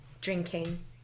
drinking